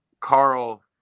Carl